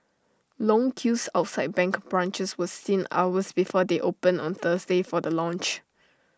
long queues outside bank branches were seen hours before they opened on Thursday for the launch